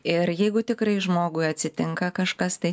ir jeigu tikrai žmogui atsitinka kažkas tai